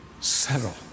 settle